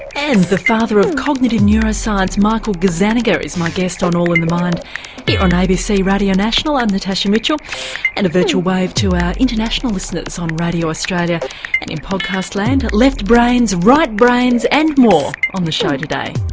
and the father of cognitive neuroscience, michael gazzaniga, is my guest on all in the mind here on abc radio national, i'm natasha mitchell and a virtual wave to our international listeners on radio australia and in podcast land left brains, right brains and more on the show today.